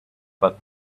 but